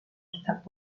lihtsalt